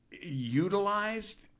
utilized